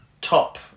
top